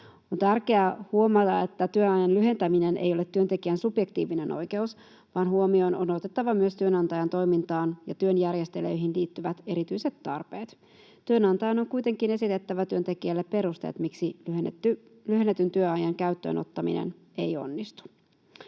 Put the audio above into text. On tärkeää huomata, että työajan lyhentäminen ei ole työntekijän subjektiivinen oikeus, vaan huomioon on otettava myös työnantajan toimintaan ja työn järjestelyihin liittyvät erityiset tarpeet. Työnantajan on kuitenkin esitettävä työntekijälle perusteet, miksi lyhennetyn työajan käyttöön ottaminen ei onnistu.